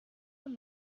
und